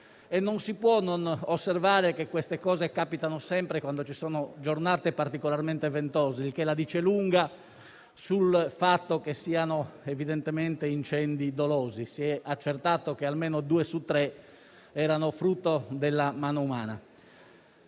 non si può non osservare che fatti del genere capitano sempre quando ci sono giornate particolarmente ventose, il che la dice lunga sul fatto che si tratti evidentemente di incendi dolosi: si è accertato che almeno due su tre sono frutto della mano umana.